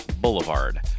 Boulevard